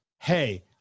hey